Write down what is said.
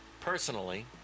personally